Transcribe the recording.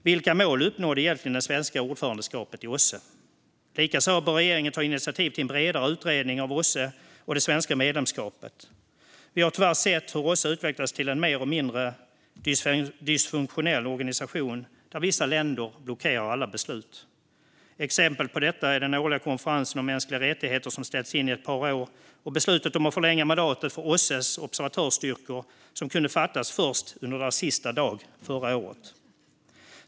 Vilka mål uppnådde egentligen det svenska ordförandeskapet i OSSE? Likaså bör regeringen ta initiativ till en bredare utredning av OSSE och det svenska medlemskapet. Vi har tyvärr sett hur OSSE utvecklats till en mer eller mindre dysfunktionell organisation där vissa länder blockerar alla beslut. Exempel på detta är den årliga konferensen om mänskliga rättigheter, som har ställts in ett par år, och beslutet om att förlänga mandatet för OSSE:s observatörsstyrkor, som kunde fattas först under deras sista dag förra året.